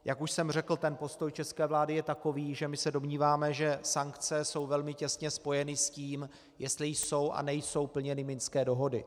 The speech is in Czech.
Jak už jsem řekl, postoj české vlády je takový, že my se domníváme, že sankce jsou velmi těsně spojeny s tím, jestli jsou a nejsou plněny minské dohody.